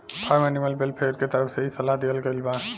form animal welfare के तरफ से इ सलाह दीहल गईल बा